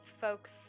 folks